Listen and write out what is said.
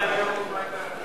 מי נמנע?